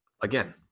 again